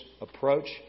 approach